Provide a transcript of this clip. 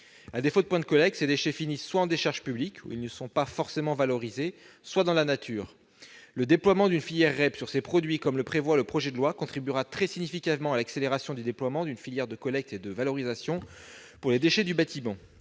À défaut de points de collecte, ces déchets finissent soit en décharge publique, où ils ne sont pas forcément valorisés, soit dans la nature. Le développement d'un dispositif REP sur les produits et matériaux du secteur du bâtiment, comme le prévoit le projet de loi, contribuera très significativement à accélérer le déploiement d'une filière de collecte et de valorisation pour les déchets de ce